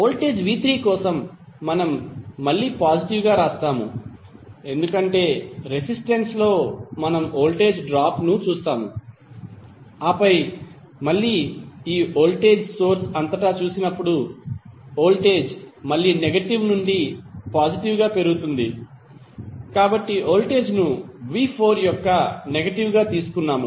voltage v3 కోసం మనం మళ్ళీ పాజిటివ్ గా వ్రాస్తాము ఎందుకంటే రెసిస్టెన్స్ లో మనం వోల్టేజ్ డ్రాప్ ను చూస్తాము ఆపై మళ్ళీ ఈ వోల్టేజ్ సోర్స్ అంతటా చూసినప్పుడు వోల్టేజ్ మళ్లీ నెగెటివ్ నుండి పాజిటివ్ గా పెరుగుతుంది కాబట్టి వోల్టేజ్ ను v4 యొక్క నెగటివ్గా తీసుకున్నాము